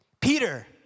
Peter